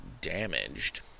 damaged